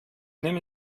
nehme